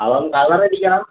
അപ്പോൾ കളർ അടിക്കണം